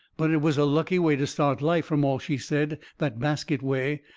but it was a lucky way to start life, from all she said, that basket way.